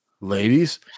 Ladies